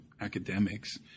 academics